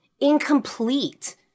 incomplete